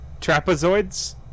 trapezoids